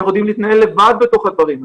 אנחנו יודעים להתנהל לבד בתוך הדברים האלה.